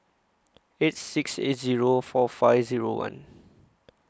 eight six eight Zero four five Zero one